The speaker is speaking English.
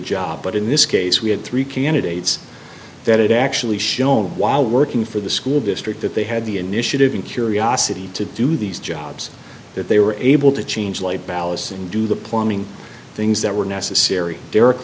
job but in this case we had three candidates that actually shown while working for the school district that they had the initiative and curiosity to do these jobs that they were able to change light ballast and do the plumbing things that were necessary derek